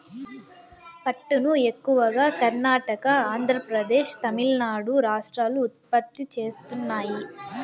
పట్టును ఎక్కువగా కర్ణాటక, ఆంద్రప్రదేశ్, తమిళనాడు రాష్ట్రాలు ఉత్పత్తి చేస్తున్నాయి